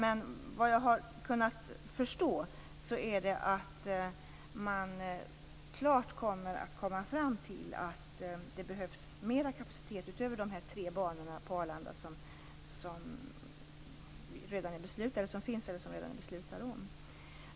Såvitt jag har kunnat förstå blir det så att man helt klart kommer fram till att det behövs mer kapacitet utöver de tre banor på Arlanda som redan finns eller är beslutade.